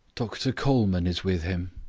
doctor colman is with him,